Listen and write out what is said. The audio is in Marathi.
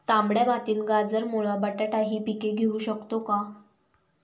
तांबड्या मातीत गाजर, मुळा, बटाटा हि पिके घेऊ शकतो का?